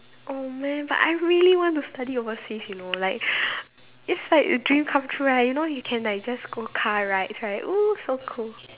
oh man but I really want to study overseas you know like is like a dream come true right you know you can like just go car rides right !woo! so cool